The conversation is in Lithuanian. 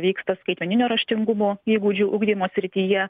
vyksta skaitmeninio raštingumo įgūdžių ugdymo srityje